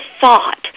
thought